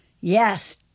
Yes